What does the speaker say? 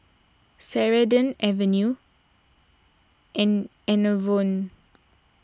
Ceradan Avene and Enervon